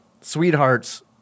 Sweetheart's